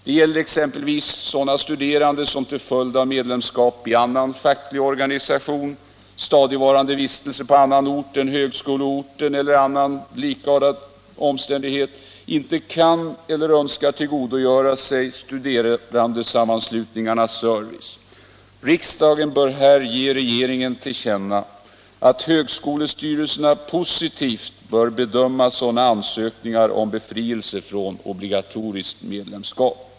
Det gäller exempelvis sådana studerande som till följd av medlemskap i annan facklig organisation, stadigvarande vistelse på annan ort än högskoleorten eller annan likartad omständighet inte kan eller önskar tillgodogöra sig studerandesammanslutningarnas service. Riksdagen bör på denna punkt ge regeringen till känna att högskolestyrelserna positivt bör bedöma sådana ansökningar om befrielse från obligatoriskt medlemskap.